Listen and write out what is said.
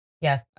Yes